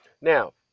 Now